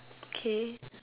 okay